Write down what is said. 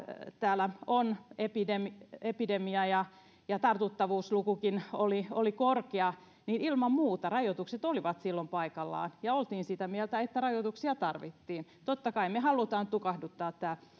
täällä on epidemia epidemia ja ja tartuttavuuslukukin oli oli korkea rajoitukset olivat paikallaan ja oltiin sitä mieltä että rajoituksia tarvittiin totta kai me haluamme tukahduttaa